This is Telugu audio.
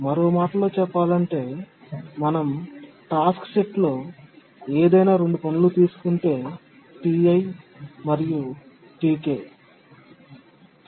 మరో మాటలో చెప్పాలంటే మేము టాస్క్ సెట్లో ఏదైనా 2 పనులు తీసుకుంటే Ti మరియు Tk